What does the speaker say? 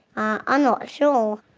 ah i'm not sure.